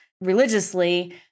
religiously